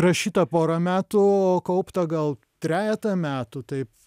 rašyta pora metų o kaupta gal trejetą metų taip